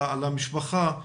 על המשפחה.